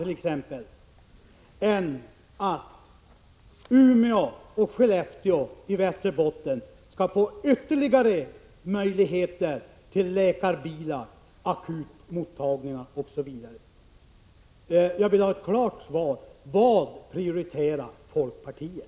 Eller skall Umeå och Skellefteå i Västerbotten få ytterligare möjligheter till läkarbilar, akutmottagningar osv.? Jag vill ha ett klart svar. Vad prioriterar folkpartiet?